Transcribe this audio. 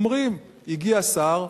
אומרים: הגיע שר,